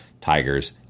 tigers